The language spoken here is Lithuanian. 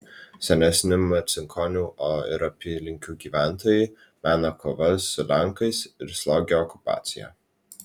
senesni marcinkonių o ir apylinkių gyventojai mena kovas su lenkais ir slogią okupaciją